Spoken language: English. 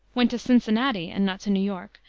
went to cincinnati, and not to new york,